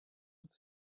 toute